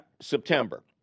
September